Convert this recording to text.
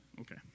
Okay